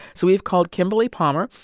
so we've called kimberly palmer.